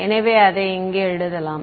எனவே அதை இங்கே எழுதுவோம்